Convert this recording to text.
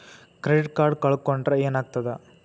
Credit card ಕಳ್ಕೊಂಡ್ರ್ ಏನಾಗ್ತದ?